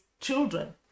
children